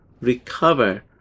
recover